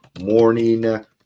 morning